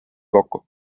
kokku